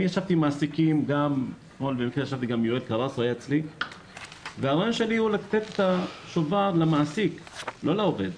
ישבתי עם מעסיקים והרעיון שלי הוא לתת את השובר למעסיק לא לעובד.